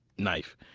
knife.